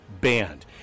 banned